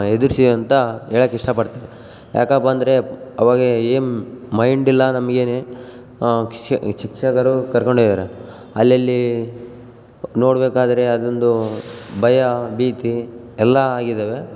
ಎದುರಿಸಿ ಅಂತ ಹೇಳಕ್ ಇಷ್ಟಪಡ್ತೀನಿ ಯಾಕಪ್ಪಾಂದ್ರೆ ಆವಾಗ ಏಮ್ ಮೈಂಡ್ ಇಲ್ಲ ನಮಗೆನೆ ಕ್ಷೇ ಶಿಕ್ಷಕರು ಕರ್ಕೊಂಡ್ ಹೋಗಿದಾರೆ ಅಲ್ಲಲ್ಲಿ ನೋಡಬೇಕಾದ್ರೆ ಅದೊಂದು ಭಯ ಭೀತಿ ಎಲ್ಲ ಆಗಿದಾವೆ